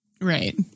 Right